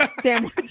sandwich